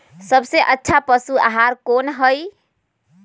सबसे अच्छा पशु आहार कोन हई?